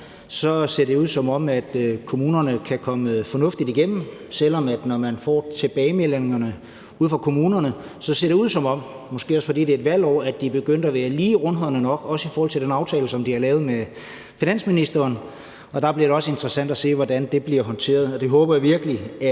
ser det ud, som om kommunerne kan komme fornuftigt igennem, selv om det, når man får tilbagemeldinger ude fra kommunerne, ser ud som om – måske også, fordi det er et valgår – at de er begyndt at være lige rundhåndede nok, også i forhold til den aftale, som de har lavet med finansministeren. Der bliver det også interessant at se, hvordan det bliver håndteret. Jeg håber virkelig,